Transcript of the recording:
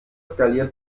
skaliert